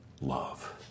love